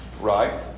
right